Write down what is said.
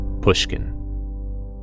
Pushkin